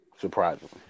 Surprisingly